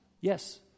yes